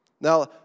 Now